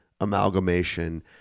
amalgamation